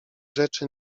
rzeczy